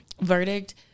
verdict